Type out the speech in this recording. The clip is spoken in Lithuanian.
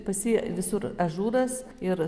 pas jį visur ažūras ir